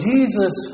Jesus